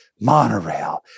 monorail